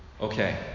Okay